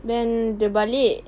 then dia balik